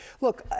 look